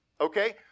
okay